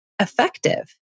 effective